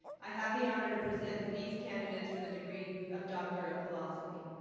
i have the honor to present these candidates for the degree of doctor of philosophy.